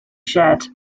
shed